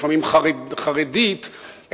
לפעמים חרדית,